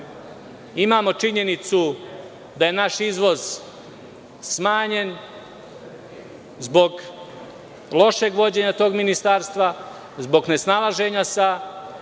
Imamo činjenicu da je naš izvoz smanjen zbog lošeg vođenja tog ministarstva, zbog nesnalaženja sa